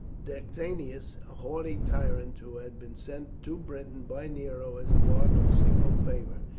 decianus, a haughty tyrant who had been sent to britain by nero as a mark of signal favour,